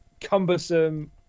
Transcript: cumbersome